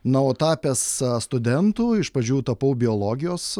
na o tapęs studentu iš pradžių tapau biologijos